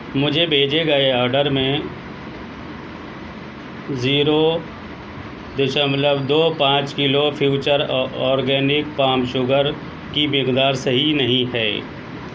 مجھے بھیجے گئے آڈر میں زیرو دشملو دو پانچ کلو فیوچر اورگینک پام شوگر کی مقدار صحیح نہیں ہے